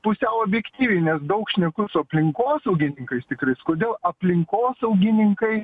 pusiau objektyviai nes daug šneku su aplinkosaugininkais tikrais kodėl aplinkosaugininkai